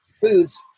foods